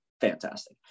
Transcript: fantastic